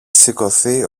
σηκωθεί